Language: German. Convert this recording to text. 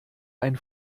ein